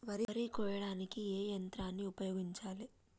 వరి కొయ్యడానికి ఏ యంత్రాన్ని ఉపయోగించాలే?